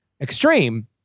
extreme